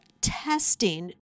testing